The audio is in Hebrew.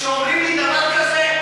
כשאומרים לי דבר כזה,